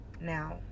now